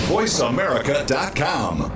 VoiceAmerica.com